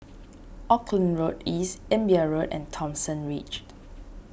Auckland Road East Imbiah Road and Thomson Ridge